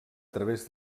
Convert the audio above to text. través